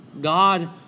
God